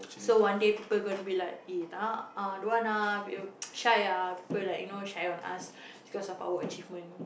so one day people gonna be like eh don't want ah shy ah people like you know shy on us because of our achievement